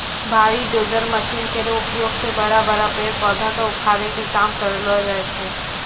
भारी dozer machine केरो उपयोग सें बड़ा बड़ा पेड़ पौधा क उखाड़े के काम करलो जाय छै